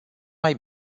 mai